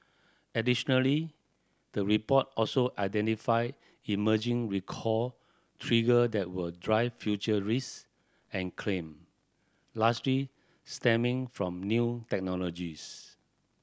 additionally the report also identified emerging recall trigger that will drive future risk and claim largely stemming from new technologies